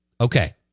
Okay